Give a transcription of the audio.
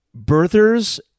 birthers